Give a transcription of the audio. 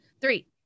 Three